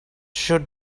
should